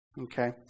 okay